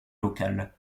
locale